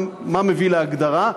מה מביא להגדרה,